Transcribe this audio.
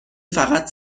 فقط